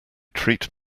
treat